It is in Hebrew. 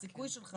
הסיכוי שלך